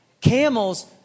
Camels